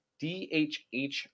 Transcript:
DHH